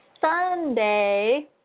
Sunday